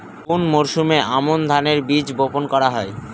কোন মরশুমে আমন ধানের বীজ বপন করা হয়?